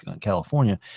California